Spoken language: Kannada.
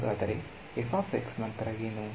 ಹಾಗಾದರೆ ನಂತರ ಏನು